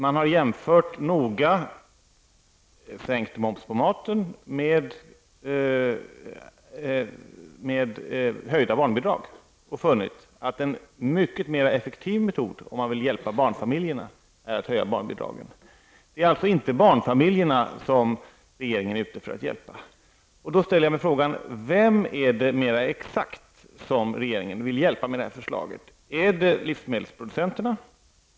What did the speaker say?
Man har noga jämfört sänkt moms på maten med höjda barnbidrag och funnit att det är en mycket mer effektiv metod att höja barnbidragen, om man vill hjälpa barnfamiljena. Det är alltså inte barnfamiljerna som regeringen är ute efter att hjälpa. Jag ställer mig då frågan: Vem, mer exakt, är det då som regeringen vill hjälpa med det här förslaget? Är det livsmedelsproducenterna?